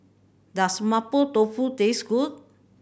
does Mapo Tofu taste good